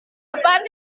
depan